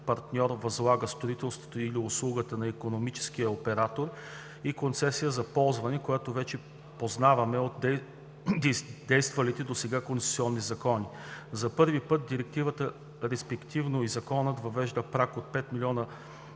партньор възлага строителство или услуги на икономическия оператор, и концесията за ползване, която вече познаваме от действалите досега концесионни закони. За първи път Директивата, респективно и Законът въвежда праг от 5 млн.